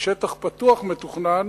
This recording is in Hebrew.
על שטח פתוח מתוכנן,